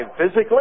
physically